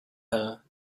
her